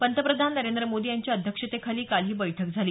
पंतप्रधान नरेंद्र मोदी यांच्या अध्यक्षतेखाली काल ही बैठक झाली